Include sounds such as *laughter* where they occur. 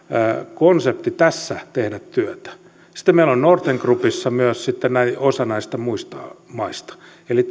konsepti tässä tehdä työtä sitten meillä on northern groupissa myös osa näistä muista maista eli *unintelligible*